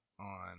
on